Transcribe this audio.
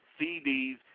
CDs